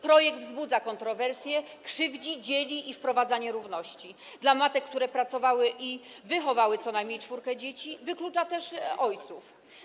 Projekt wzbudza kontrowersje, krzywdzi, dzieli i wprowadza nierówności - chodzi o matki, które pracowały i wychowały co najmniej czwórkę dzieci - wyklucza też ojców.